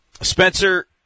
Spencer